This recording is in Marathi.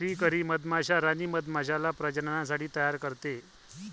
फ्रीकरी मधमाश्या राणी मधमाश्याला प्रजननासाठी तयार करते